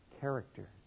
character